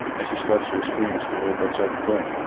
as she starts to experience the world outside the dome,